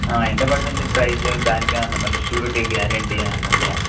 ఎంత పడుతుంది ప్రైస్ దానికేవన్న మళ్ళీ ష్యూరిటీ గ్యారెంటీ ఏవన్నా ఉంటాయా